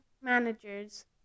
managers